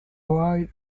wide